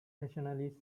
rationalist